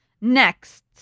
Next